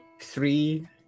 three